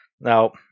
Now